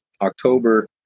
October